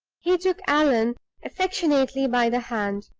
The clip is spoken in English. he took allan affectionately by the hand.